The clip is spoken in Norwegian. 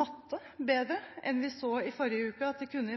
matte bedre enn vi så i forrige uke at de kunne